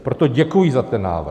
Proto děkuji za ten návrh.